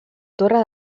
torre